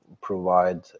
provide